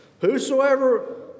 Whosoever